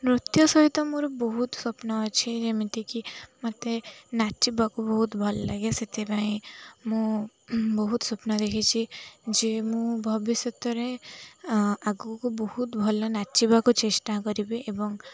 ନୃତ୍ୟ ସହିତ ମୋର ବହୁତ ସ୍ୱପ୍ନ ଅଛି ଯେମିତିକି ମୋତେ ନାଚିବାକୁ ବହୁତ ଭଲ ଲାଗେ ସେଥିପାଇଁ ମୁଁ ବହୁତ ସ୍ୱପ୍ନ ଦେଖିଛି ଯେ ମୁଁ ଭବିଷ୍ୟତରେ ଆଗକୁ ବହୁତ ଭଲ ନାଚିବାକୁ ଚେଷ୍ଟା କରିବି ଏବଂ